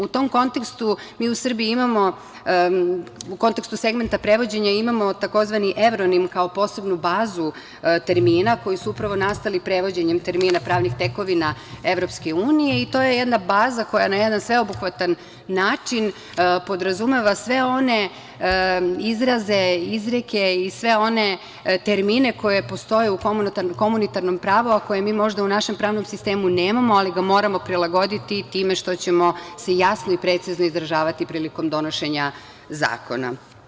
U tom kontekstu, u kontekstu segmenta prevođenja imamo tzv. evronim kao posebnu bazu termina koji su upravo nastali prevođenjem termina pravnih tekovina Evropske unije i to je jedna baza koja na jedan sveobuhvatan način podrazumeva sve one izraze, izreke i sve one termine koji postoje u komunitarnom pravu, a koje mi možda u našem pravnom sistemu nemamo, ali ga moramo prilagoditi time što ćemo se jasno i precizno izražavati prilikom donošenja zakona.